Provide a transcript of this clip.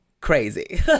crazy